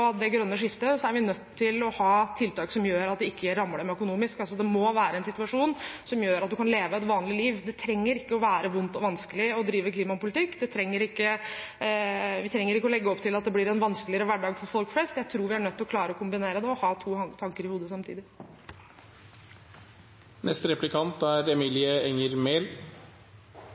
det grønne skiftet, er vi nødt til å ha tiltak som gjør at det ikke rammer dem økonomisk. Det må være en situasjon som gjør at du kan leve et vanlig liv. Det trenger ikke å være vondt og vanskelig å drive klimapolitikk. Vi trenger ikke å legge opp til at det blir en vanskeligere hverdag for folk flest. Jeg tror vi er nødt til å klare å kombinere det og ha to tanker i hodet